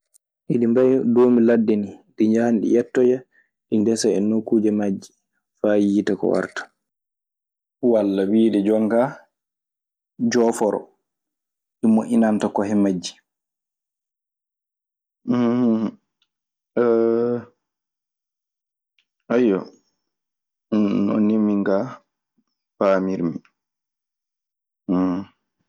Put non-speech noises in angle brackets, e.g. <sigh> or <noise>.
Eɗi mbay doombi ladde nii. Ɗii njahan ɗi ƴettoya, ɗi ndesa e nokkuuje majji faa yiita ko warta. Walla wiide jon kaa jooforo ɗi moƴƴinanta kohe majji. <hesitation> ayyo, non nii min kaa paamirmi. <noise>